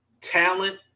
talent